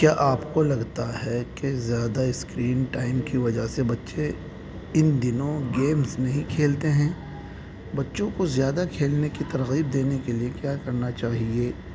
کیا آپ کو لگتا ہے کہ زیادہ اسکرین ٹائم کی وجہ سے بچے ان دنوں گیمس نہیں کھیلتے ہیں بچوں کو زیادہ کھیلنے کی ترغیب دینے کے لیے کیا کرنا چاہیے